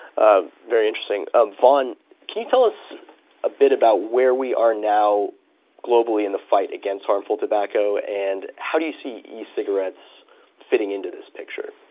ah very interesting. ah vaughn, can tell us a bit about where we are now globally in the fight against harmful tobacco? and how do you see e-cigarettes fitting into this picture?